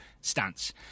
stance